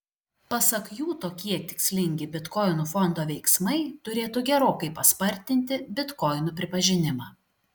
pasak jų tokie tikslingi bitkoinų fondo veiksmai turėtų gerokai paspartinti bitkoinų pripažinimą